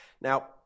Now